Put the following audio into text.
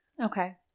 Okay